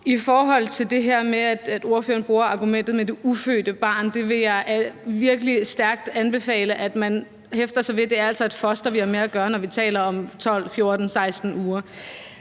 I forhold til det her med, at ordføreren bruger argumentet om det ufødte barn, vil jeg virkelig stærkt anbefale, at man hæfter sig ved, at det altså er et foster, vi har med at gøre, når vi taler om 12, 14, 16 uger.